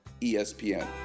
ESPN